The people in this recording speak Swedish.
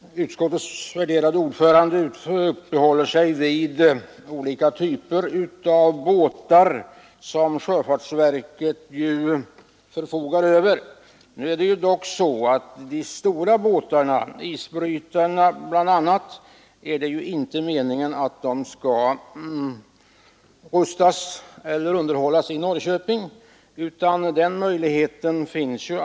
Herr talman! Utskottets värderade ordförande uppehöll sig vid olika typer av fartyg som sjöfartsverket förfogar över. Men det är inte meningen att man skall rusta eller underhålla de stora båtarna, t.ex. isbrytarna, i Norrköping.